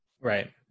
right